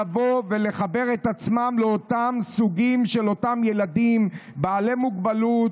לבוא ולחבר את עצמם לאותם ילדים בעלי מוגבלות.